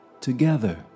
Together